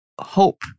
hope